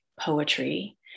poetry